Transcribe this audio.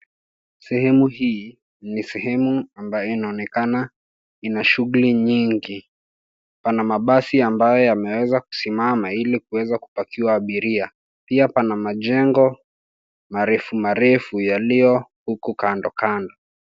Sehemu hii ni sehemu ambayo inaonekana ina shughuli nyingi. Pana mabasi ambayo yameweza kusimama ili kuweza kupakiwa abiria. Pia pana majengo marefu marefu yaliyo huku kando kando.